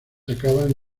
acaban